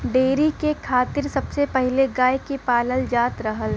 dairy के खातिर सबसे पहिले गाय के पालल जात रहल